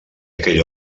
aquell